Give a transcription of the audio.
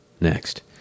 Next